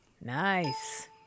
Nice